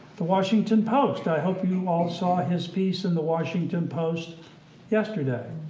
the washington post. i hope you all saw his piece in the washington post yesterday.